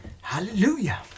Hallelujah